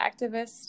activist